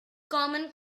common